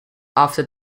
after